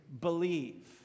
believe